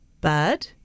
Bird